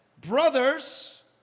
Brothers